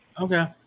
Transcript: Okay